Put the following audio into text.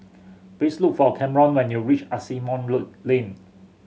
please look for Camron when you reach Asimont Lane